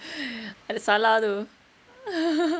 ada salah tu